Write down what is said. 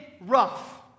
rough